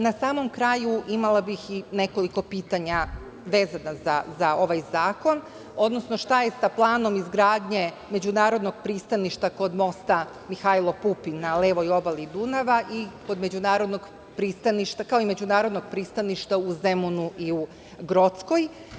Na samom kraju, imala bih i nekoliko pitanja vezana za ovaj zakon, odnosno šta je sa planom izgradnje međunarodnog pristaništa kod mosta „Mihajlo Pupun“ na levoj obali Dunava, kao i međunarodnog pristaništa u Zemunu i u Grockoj?